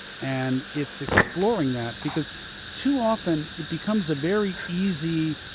and it's exploring that, because too often it becomes a very easy